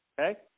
Okay